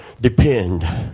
depend